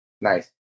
Nice